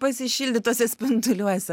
pasišildyt tuose spinduliuose